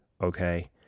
Okay